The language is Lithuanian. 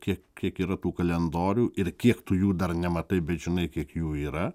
kiek kiek yra tų kalendorių ir kiek tu jų dar nematai bet žinai kiek jų yra